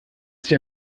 sich